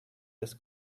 this